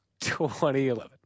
2011